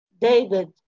David